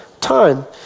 time